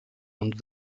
und